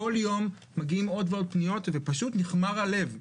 כל יום מגיעות עוד ועוד פניות ופשוט נכמר הלב.